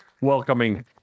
welcoming